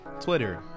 twitter